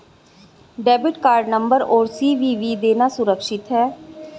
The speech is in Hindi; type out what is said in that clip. डेबिट कार्ड नंबर और सी.वी.वी देना सुरक्षित है?